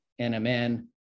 NMN